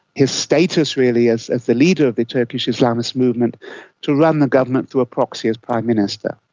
his status really as as the leader of the turkish islamist movement to run the government through a proxy as prime minister.